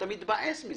אבל